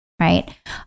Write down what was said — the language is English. right